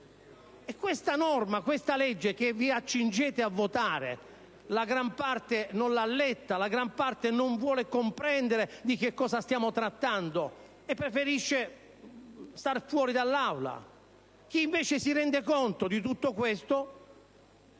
persona. E questa legge che vi accingete a votare, la gran parte di voi non l'ha letta, non vuole comprendere di che cosa stiamo trattando e preferisce star fuori dall'Aula. Chi invece si rende conto di tutto questo